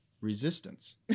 resistance